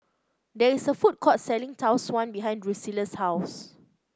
there is a food court selling Tau Suan behind Drusilla's house